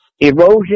erosion